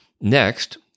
Next